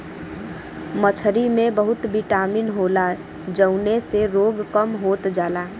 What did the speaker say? मछरी में बहुत बिटामिन होला जउने से रोग कम होत जाला